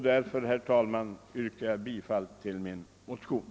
Därför, herr talman, yrkar jag bifall till min motion.